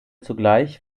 zugleich